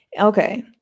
Okay